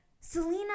Selena